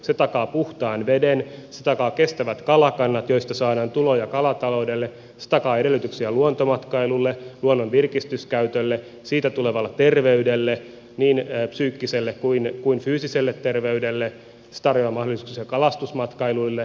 se takaa puhtaan veden se takaa kestävät kalakannat joista saadaan tuloja kalataloudelle se takaa edellytyksiä luontomatkailulle luonnon virkistyskäytölle siitä tulevalle terveydelle niin psyykkiselle kuin fyysiselle terveydelle se tarjoaa mahdollisuuksia kalastusmatkailulle